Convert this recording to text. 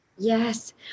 Yes